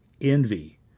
envy